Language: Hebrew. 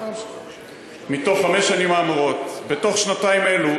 מרדכי יוגב (הבית היהודי): בתוך שנתיים אלו,